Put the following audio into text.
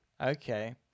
Okay